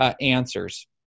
answers